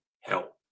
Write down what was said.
help